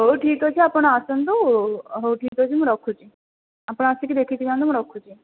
ହେଉ ଠିକ ଅଛି ଆପଣ ଆସନ୍ତୁ ହେଉ ଠିକ ଅଛି ମୁଁ ରଖୁଛି ଆପଣ ଆସିକି ଦେଖିଦିଅନ୍ତୁ ମୁଁ ରଖୁଛି